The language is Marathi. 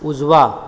उजवा